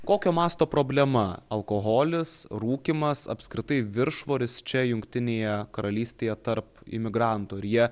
kokio masto problema alkoholis rūkymas apskritai viršvoris čia jungtinėje karalystėje tarp imigrantų ar jie